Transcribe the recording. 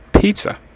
pizza